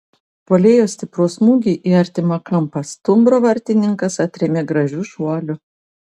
puolėjo stiprų smūgį į artimą kampą stumbro vartininkas atrėmė gražiu šuoliu